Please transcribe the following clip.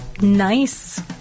nice